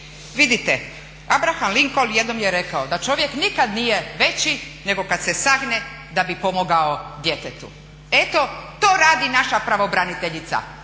Vidite, Abraham Lincoln jednom je rekao da čovjek nikad nije veći nego kad se sagne da bi pomogao djetetu. Eto to radi naša pravobraniteljica,